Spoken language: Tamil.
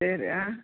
சரி